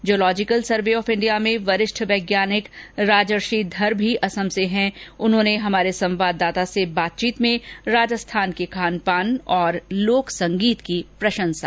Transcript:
geological survey of India में वरिष्ठ वैज्ञानिक राजर्षी धर भी असम से हैं उन्होंने आकाशवाणी संवाददाता से बातचीत में राजस्थान के खानपान और लोक संगीत की प्रशंसा की